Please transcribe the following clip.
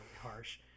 harsh